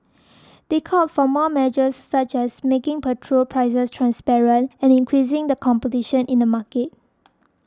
they called for more measures such as making petrol prices transparent and increasing the competition in the market